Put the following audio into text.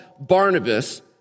Barnabas